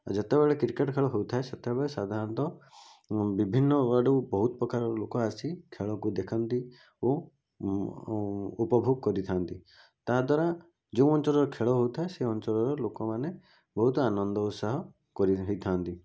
ଯେତେବେଳେ କ୍ରିକେଟ୍ ଖେଳ ହେଉଥାଏ ସେତେବେଳେ ସାଧାରଣତଃ ବିଭିନ୍ନ ଆଡ଼ୁ ବହୁତପ୍ରକାର ଲୋକ ଆସି ଖେଳକୁ ଦେଖନ୍ତି ଓ ଉପଭୋଗ କରିଥାନ୍ତି ତା' ଦ୍ୱାରା ଯେଉଁ ଅଞ୍ଚଳରେ ଖେଳ ହେଉଥାଏ ସେ ଅଞ୍ଚଳର ଲୋକମାନେ ବହୁତ ଆନନ୍ଦ ଉତ୍ସାହ କରି ହୋଇଥାନ୍ତି